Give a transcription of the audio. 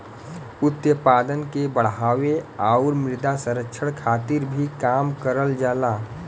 उत्पादन के बढ़ावे आउर मृदा संरक्षण खातिर भी काम करल जाला